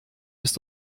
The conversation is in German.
ist